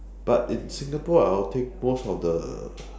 but in Singapore I'll think most of the